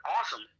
awesome